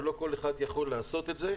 אבל לא כל אחד יכול לעשות את זה.